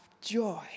joy